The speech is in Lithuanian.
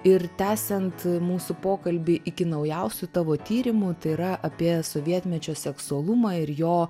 ir tęsiant mūsų pokalbį iki naujausių tavo tyrimų tai yra apie sovietmečio seksualumą ir jo